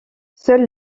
seul